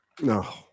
No